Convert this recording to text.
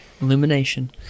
Illumination